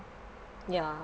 ya